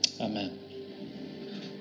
Amen